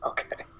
Okay